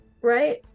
right